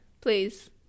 Please